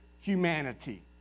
humanity